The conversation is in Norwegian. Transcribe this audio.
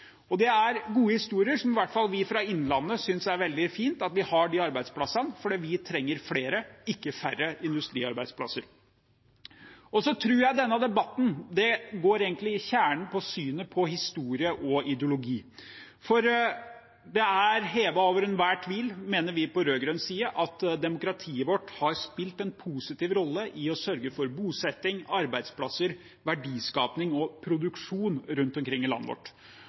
Det er gode historier. I hvert fall synes vi fra Innlandet at det er veldig fint at vi har de arbeidsplassene. For vi trenger flere, ikke færre, industriarbeidsplasser. Så tror jeg at denne debatten egentlig går inn til kjernen i synet på historie og ideologi. For det er hevet over enhver tvil, mener vi på rød-grønn side, at demokratiet vårt har spilt en positiv rolle i å sørge for bosetting, arbeidsplasser, verdiskaping og produksjon rundt omkring i landet vårt.